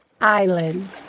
island